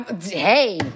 Hey